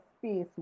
space